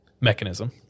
mechanism